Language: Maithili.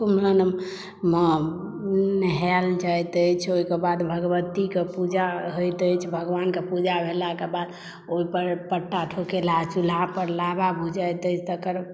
कुमरम मे नेहायल जाइत अछि ओहि के बाद भगवती के पूजा होइत अछि भगवान के पूजा भेलाक बाद ओ पट्टा ठोकेलाह चूल्हा पर लावा भुजैत अछि तकर